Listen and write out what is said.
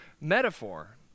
metaphor